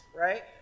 right